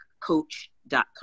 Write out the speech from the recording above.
Coach.com